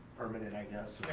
permanent, i guess, yeah.